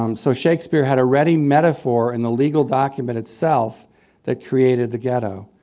um so shakespeare had a ready metaphor in the legal document itself that created the ghetto.